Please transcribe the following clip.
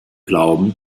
glauben